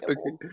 Okay